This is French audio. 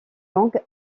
langues